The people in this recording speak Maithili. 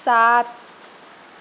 सात